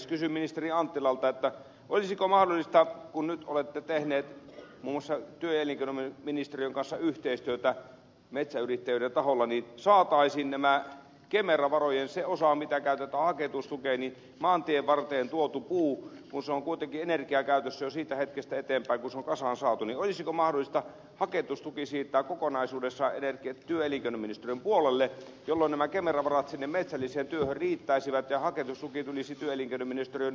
kysyn ministeri anttilalta olisiko mahdollista kun nyt olette tehnyt muun muassa työ ja elinkeinoministeriön kanssa yhteistyötä metsäyrittäjyyden taholla että saataisiin tämä kemera varojen se osa mikä käytetään haketustukeen maantienvarteen tuotu puu on kuitenkin energiakäytössä jo siitä hetkestä eteenpäin kun se on kasaan saatu siirtää kokonaisuudessaan työ ja elinkeinoministeriön puolelle jolloin nämä kemera varat siihen metsälliseen työhön riittäisivät ja haketustuki tulisi työ ja elinkeinoministeriön energiavaroista